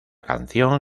canción